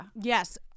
yes